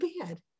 bad